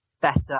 better